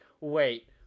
Wait